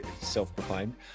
self-proclaimed